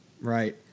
right